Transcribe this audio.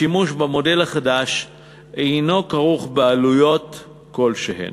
השימוש במודל החדש אינו כרוך בעלויות כלשהן.